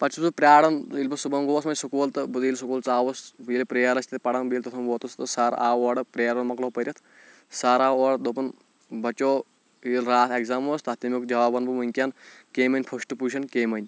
پَتہٕ چھُس بہٕ پیاران ییٚلہِ بہٕ صُبَحن گوس وۄنۍ سکوٗل تہٕ بہٕ ییٚلہِ سکوٗل ژاوُس بہٕ ییٚلہِ پرٛیل ٲسۍ تَتہِ پَران بہٕ ییٚلہِ تور ووتُس تہٕ سَر آو اورٕ پرٛیل مۄکلو پٔرِتھ سَر آو اورٕ دوٚپُن بَچو ییٚلہِ راتھ اٮ۪کزام اوس تَتھ تیٚمیُٚک جواب وَنہٕ بہٕ ؤنکٮ۪ن کٔمۍ أنۍ فسٹ پُزیٖشَن کٔمۍ أنۍ